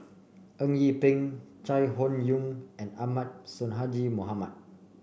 Eng Yee Peng Chai Hon Yoong and Ahmad Sonhadji Mohamad